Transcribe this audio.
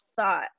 thought